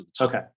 Okay